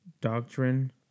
doctrine